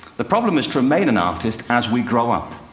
the problem is to remain an artist as we grow up.